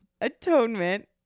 Atonement